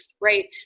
right